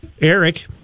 Eric